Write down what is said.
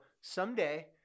someday